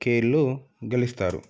కేళ్లు గెలుస్తారు